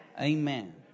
Amen